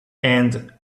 and